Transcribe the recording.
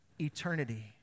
eternity